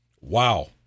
Wow